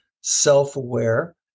self-aware